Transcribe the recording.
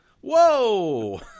Whoa